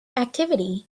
activity